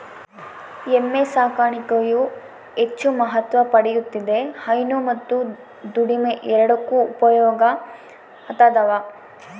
ಎಮ್ಮೆ ಸಾಕಾಣಿಕೆಯು ಹೆಚ್ಚು ಮಹತ್ವ ಪಡೆಯುತ್ತಿದೆ ಹೈನು ಮತ್ತು ದುಡಿಮೆ ಎರಡಕ್ಕೂ ಉಪಯೋಗ ಆತದವ